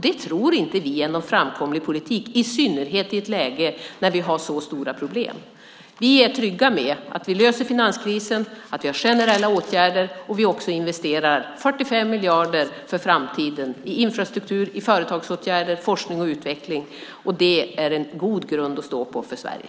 Det tror inte vi är någon framkomlig politik, i synnerhet i ett läge när vi har så stora problem. Vi är trygga med att vi löser finanskrisen, att vi har generella åtgärder och också investerar 45 miljarder för framtiden i infrastruktur, företagsåtgärder och forskning och utveckling. Det är en god grund att stå på för Sverige.